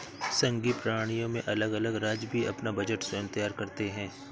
संघीय प्रणालियों में अलग अलग राज्य भी अपना बजट स्वयं तैयार करते हैं